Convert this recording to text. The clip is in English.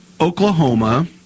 Oklahoma